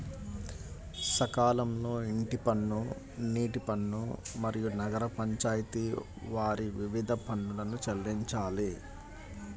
సకాలంలో ఇంటి పన్ను, నీటి పన్ను, మరియు నగర పంచాయితి వారి వివిధ పన్నులను చెల్లించాలి